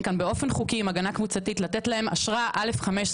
פה באופן חוקי עם הגנה קבוצתית לתת להם אשרה א'5.